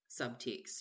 subtext